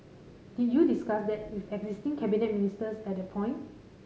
did you discuss that with existing cabinet ministers at that point